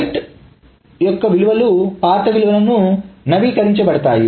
right యొక్క విలువలు పాత విలువలకు నవీకరించబడతాయి